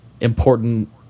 important